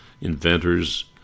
inventors